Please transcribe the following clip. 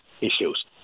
issues